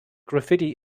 graffiti